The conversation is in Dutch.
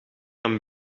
een